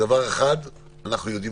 דבר אחד כולנו יודעים: